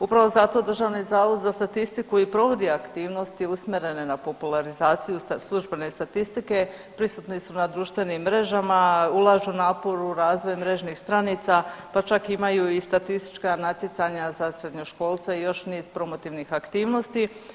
Upravo zato Državni zavod za statistiku i provodi aktivnosti usmjerene na popularizaciju službene statistike, prisutni su na društvenim mrežama, ulažu napor u razvoj mrežnih stranica, pa čak imaju i statistička natjecanja za srednjoškolce i još niz promotivnih aktivnosti.